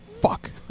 Fuck